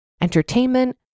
entertainment